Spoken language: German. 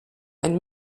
ein